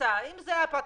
זה הפטנט,